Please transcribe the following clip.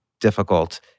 difficult